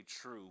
true